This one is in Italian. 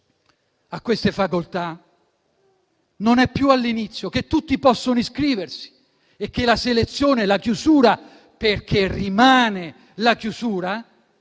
a queste facoltà non è più all'inizio, che tutti possono iscriversi e che la selezione e la chiusura (perché la chiusura